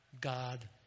God